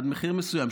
עד מחיר מסוים,